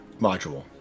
module